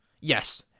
yes